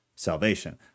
salvation